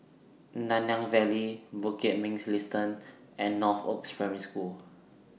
Nanyang Valley Bukit Mugliston and Northoaks Primary School